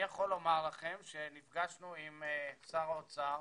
אני יכול לומר לכם שנפגשנו עם שר האוצר,